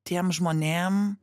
tiem žmonėm